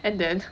and then